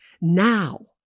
now